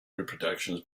reproductions